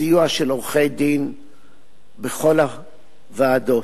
בסיוע של עורכי-דין בכל הוועדות.